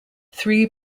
three